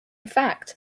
fact